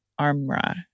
Armra